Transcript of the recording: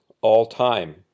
all-time